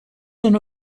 són